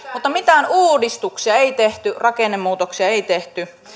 mutta mitään uudistuksia ei tehty rakennemuutoksia ei tehty